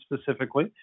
specifically